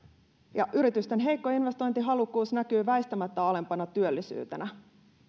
yritysten heikko investointihalukkuus näkyy väistämättä alempana työllisyytenä